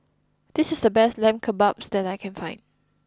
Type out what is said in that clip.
this is the best Lamb Kebabs that I can find